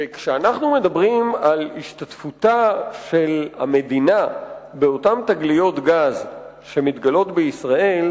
שכשאנחנו מדברים על השתתפותה של המדינה באותן תגליות גז שמתגלות בישראל,